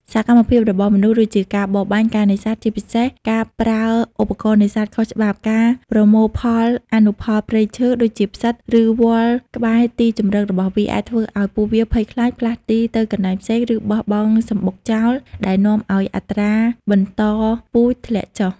សកម្មភាពរបស់មនុស្ស ដូចជាការបរបាញ់ ការនេសាទ ជាពិសេសការប្រើឧបករណ៍នេសាទខុសច្បាប់ ការប្រមូលផលអនុផលព្រៃឈើ ដូចជាផ្សិត ឬវល្លិ៍ក្បែរទីជម្រករបស់វា អាចធ្វើឲ្យពួកវាភ័យខ្លាច ផ្លាស់ទីទៅកន្លែងផ្សេង ឬបោះបង់សម្បុកចោល ដែលនាំឲ្យអត្រាបន្តពូជធ្លាក់ចុះ។